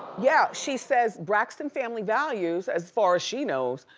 yeah, she says braxton family values, as far as she knows,